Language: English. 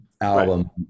album